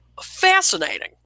Fascinating